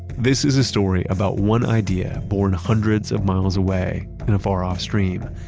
this is a story about one idea born hundreds of miles away in a far off stream.